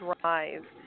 drive